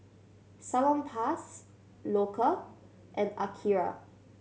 Salonpas Loacker and Akira